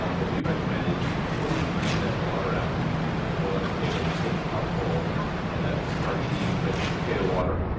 um what we recommend is before you drain that water out from the boiling potatoes, take a cupful of that starchy, rich potato water.